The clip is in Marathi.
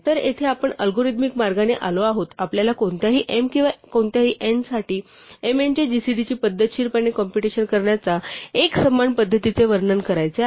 तर येथे आपण अल्गोरिदमिक मार्गाने आलो आहोत आपल्याला कोणत्याही m किंवा कोणत्याही n साठी m n च्या जीसीडी ची पद्धतशीरपणे कॉम्पुटेशन करण्याच्या एकसमान पद्धतीचे वर्णन करायचे आहे